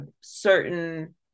certain